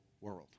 world